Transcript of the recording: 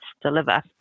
deliver